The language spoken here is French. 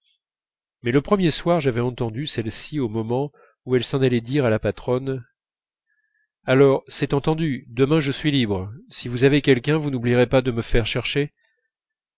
mais le premier soir j'avais entendu celle-ci au moment où elle s'en allait dire à la patronne alors c'est entendu demain je suis libre si vous avez quelqu'un vous n'oublierez pas de me faire chercher